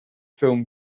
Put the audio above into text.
film